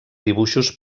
dibuixos